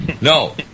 No